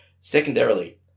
Secondarily